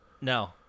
No